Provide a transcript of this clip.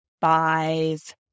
buys